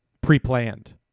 pre-planned